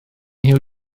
huw